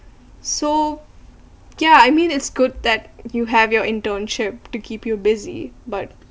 so yeah I mean it's good that you have your internship to keep you busy but